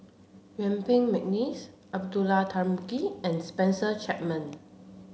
Yuen Peng McNeice Abdullah Tarmugi and Spencer Chapman